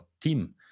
team